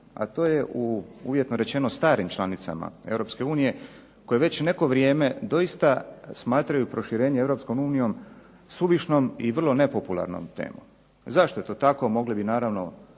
a to je u uvjetno rečeno starim članicama EU koje već neko vrijeme doista smatraju proširenje Europskom unijom suvišnom i vrlo nepopularnom temom. Zašto je to tako mogli bi naravno